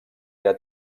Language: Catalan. era